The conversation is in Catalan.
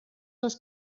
els